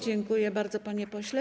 Dziękuję bardzo, panie pośle.